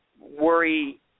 worry